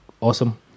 Awesome